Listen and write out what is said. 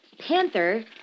panther